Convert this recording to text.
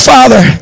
Father